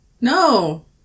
No